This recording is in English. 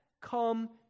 come